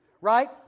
right